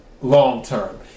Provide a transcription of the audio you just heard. long-term